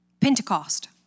Pentecost